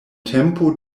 tempo